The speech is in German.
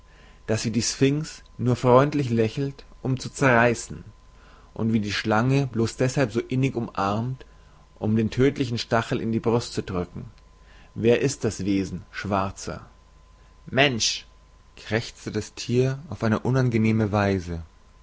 das wie die sphynx nur freundlich lächelt um zu zerreissen und wie die schlange bloß deshalb so innig umarmt um den tödlichen stachel in die brust zu drücken wer ist das wesen schwarzer mensch krächzte das thier auf eine unangenehme weise